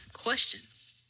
Questions